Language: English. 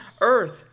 earth